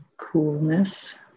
Coolness